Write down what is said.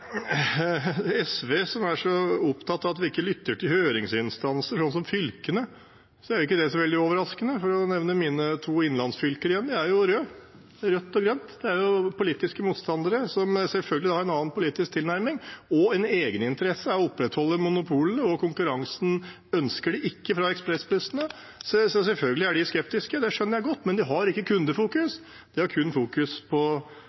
SV er så opptatt av at vi ikke lytter til høringsinstanser, slik som fylkene, er ikke det så veldig overraskende. For å nevne mine to innlandsfylker igjen: De er jo røde – rødt og grønt – det er jo politiske motstandere, som selvfølgelig har en annen politisk tilnærming og en egeninteresse av å opprettholde monopolene. Konkurransen fra ekspressbussene ønsker de ikke. Selvfølgelig er de skeptiske – det skjønner jeg godt – men de fokuserer ikke på kundene, de fokuserer kun på